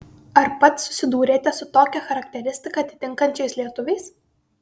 ar pats susidūrėte su tokią charakteristiką atitinkančiais lietuviais